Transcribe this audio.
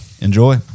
enjoy